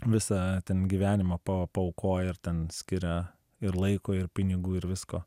visą ten gyvenimą pa paaukoja ir ten skiria ir laiko ir pinigų ir visko